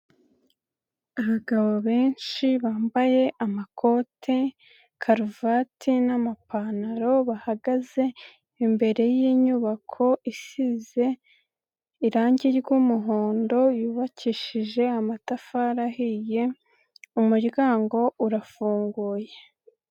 Abagabo benshi bambaye amakote, karuvati n'amapantaro bahagaze imbere y'inyubako isize irangi ry'umuhondo, yubakishije amatafari ahiye, umuryango urafunguye.